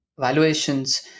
valuations